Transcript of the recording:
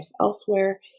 elsewhere